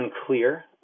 unclear